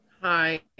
hi